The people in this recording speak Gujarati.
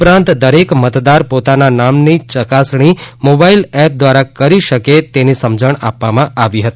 ઉપરાંત દરેક મતદાર પોતાના નામની ચકાસણી મોબાઇલ એપ દ્વારા કરી શકે તેની સમજણ આપવામાં આવી હતી